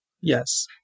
Yes